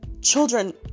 children